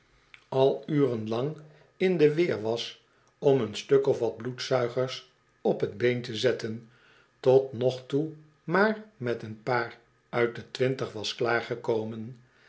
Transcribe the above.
al uren lang in do weer was om een stuk of wat bloedzuigers op t been te zetten tot nog toe maar met een paar uit de twintig was